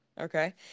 Okay